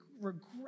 regret